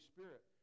Spirit